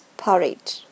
porridge